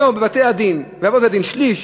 היום בבתי-הדין ואבות בתי-הדין שליש,